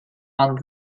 ond